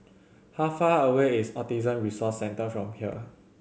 how far away is Autism Resource Centre from here